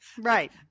Right